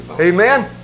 Amen